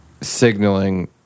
signaling